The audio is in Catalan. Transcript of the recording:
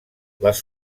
les